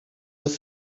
was